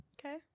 Okay